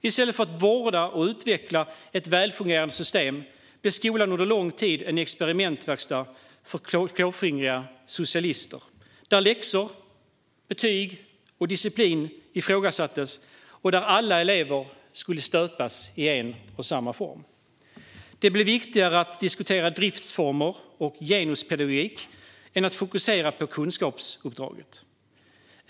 I stället för att vårda och utveckla ett välfungerande system blev skolan under lång tid en experimentverkstad för klåfingriga socialister, där läxor, betyg och disciplin ifrågasattes och där alla elever skulle stöpas i en och samma form. Det blev viktigare att diskutera driftsformer och genuspedagogik än att fokusera på kunskapsuppdraget.